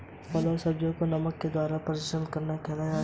फलों व सब्जियों को नमक के द्वारा परीक्षित करना क्या कहलाता है?